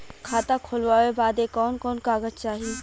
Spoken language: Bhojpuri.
खाता खोलवावे बादे कवन कवन कागज चाही?